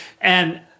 And-